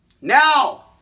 Now